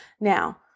Now